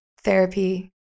therapy